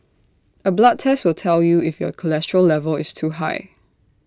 A blood test will tell you if your cholesterol level is too high